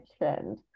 mentioned